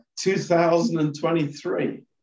2023